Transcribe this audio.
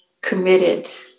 committed